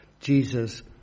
Jesus